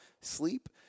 sleep